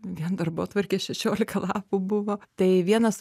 vien darbotvarkė šešiolika lapų buvo tai vienas